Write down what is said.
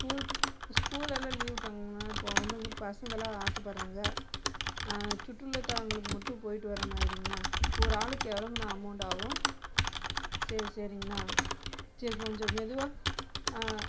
school school எல்லாம் leave விட்டாங்கங்க இப்போ பொண்ணுங்க பசங்களெலாம் ஆசைப்பட்றாங்க சுற்றுலா தலங்களுக்கு மட்டும் போய்ட்டு வர்றமாதிரிங்கண்ணா ஒரு ஆளுக்கு எவ்வளோங்கண்ணா அமௌண்ட் ஆகும் சரி சரிங்கண்ணா சரி கொஞ்சம் மெதுவாக